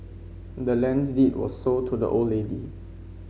the land's deed was sold to the old lady